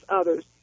others